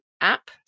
app